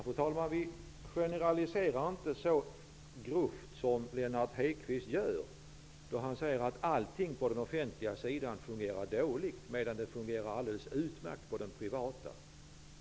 Fru talman! Vi generaliserar inte så grovt som Lennart Hedquist gör när han säger att allting på den offentliga sidan fungerar dåligt medan det fungerar alldeles utmärkt på den privata.